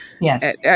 yes